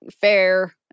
fair